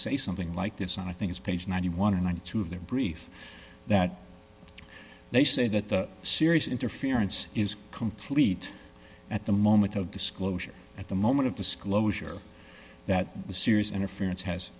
say something like this i think it's page ninety one and two of their brief that they say that the serious interference is complete at the moment of disclosure at the moment of disclosure that the serious an offense has